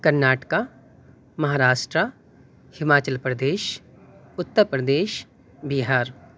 Karnataka Maharashtra Himachal Pradesh Uttar Pradesh Bihar